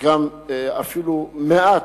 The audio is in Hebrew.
גם אפילו מעט,